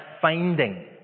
finding